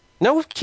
No